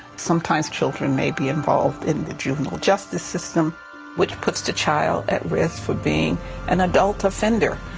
sometimes children may be involved in the juvenile justice system which puts the child at risk for being an adult offender.